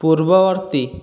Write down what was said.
ପୂର୍ବବର୍ତ୍ତୀ